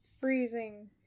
Freezing